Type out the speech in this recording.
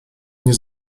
nie